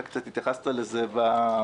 אתה קצת התייחסת לזה באמירה.